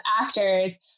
actors